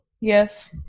Yes